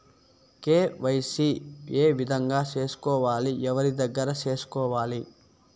KYC ఏ విధంగా సేసుకోవాలి? ఎవరి దగ్గర సేసుకోవాలి?